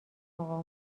اقا